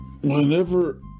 Whenever